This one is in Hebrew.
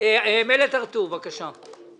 "מלט הר-טוב", בבקשה.